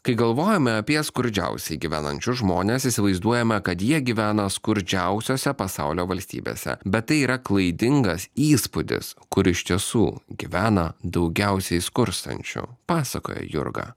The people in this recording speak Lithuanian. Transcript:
kai galvojame apie skurdžiausiai gyvenančius žmones įsivaizduojama kad jie gyvena skurdžiausiose pasaulio valstybėse bet tai yra klaidingas įspūdis kur iš tiesų gyvena daugiausiai skurstančių pasakoja jurga